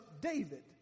david